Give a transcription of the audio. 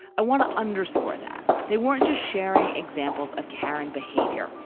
i want to underscore that they weren't just sharing examples of karren behavior.